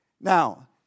Now